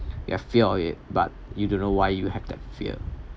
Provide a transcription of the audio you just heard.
you have fear of it but you don't know why you have that fear